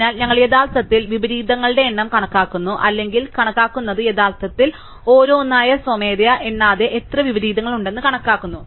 അതിനാൽ ഞങ്ങൾ യഥാർത്ഥത്തിൽ വിപരീതങ്ങളുടെ എണ്ണം കണക്കാക്കുന്നു അല്ലെങ്കിൽ കണക്കാക്കുന്നത് യഥാർത്ഥത്തിൽ ഓരോന്നായി സ്വമേധയാ എണ്ണാതെ എത്ര വിപരീതങ്ങളുണ്ടെന്ന് കണക്കാക്കുന്നു